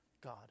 God